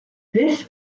this